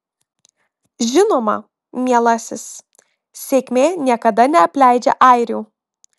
žinoma mielasis sėkmė niekada neapleidžia airių